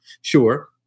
sure